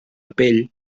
pell